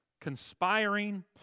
conspiring